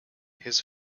his